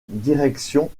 direction